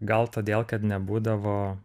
gal todėl kad nebūdavo